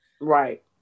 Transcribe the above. Right